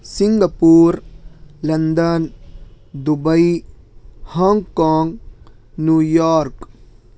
Singapore London Dubai Hong Kong New York